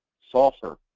sulfur,